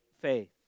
faith